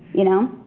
you know.